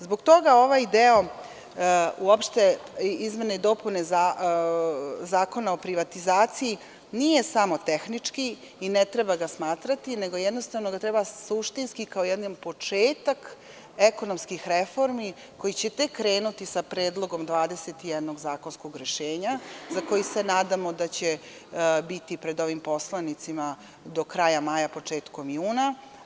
Zbog toga ovaj deo izmene i dopune Zakona o privatizaciji nije samo tehnički i ne treba ga tako smatrati, već ga jednostavno treba suštinski shvatiti kao početak ekonomskih reformi, koje će tek krenuti sa predlogom 21 zakonskog rešenja, za koji se nadamo da će biti pred ovim poslanicima do kraja maja, početka juna.